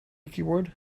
keyboard